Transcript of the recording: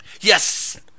Yes